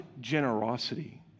generosity